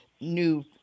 new